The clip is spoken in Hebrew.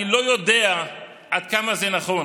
אני לא יודע עד כמה זה נכון.